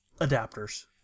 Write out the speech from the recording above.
adapters